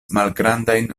malgrandajn